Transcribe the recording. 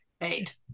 Right